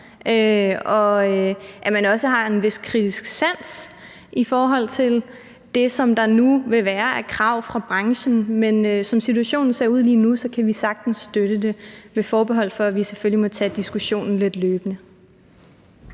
og at man også har en vis kritisk sans i forhold til det, som der nu vil være af krav fra branchen. Men som situationen ser ud lige nu, kan vi sagtens støtte det – med forbehold for, at vi selvfølgelig må tage diskussionen lidt løbende.